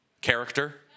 character